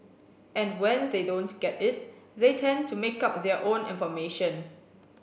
and when they don't get it they tend to make up their own information